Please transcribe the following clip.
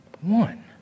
one